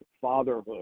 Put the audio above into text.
fatherhood